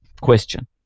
question